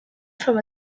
from